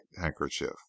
handkerchief